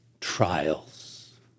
trials